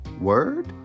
Word